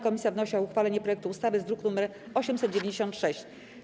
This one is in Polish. Komisja wnosi o uchwalenie projektu ustawy z druku nr 896.